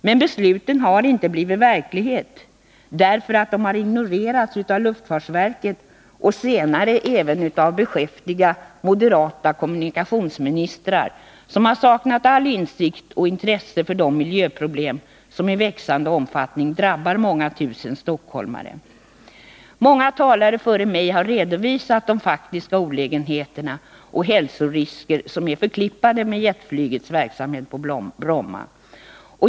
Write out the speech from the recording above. Men besluten har inte blivit verklighet därför att de ignorerats av luftfartsverket och senare även av beskäftiga moderata kommunikationsministrar som saknat all insikt i och intresse för de miljöproblem som i växande omfattning drabbar många tusen stockholmare. Många talare före mig har redovisat de faktiska olägenheter och hälsorisker som är förknippade med jetflygets verksamhet på Bromma.